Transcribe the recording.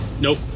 Nope